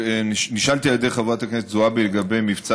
נשאלתי על ידי חברת הכנסת זועבי לגבי מבצע